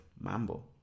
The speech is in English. Mambo